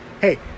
Hey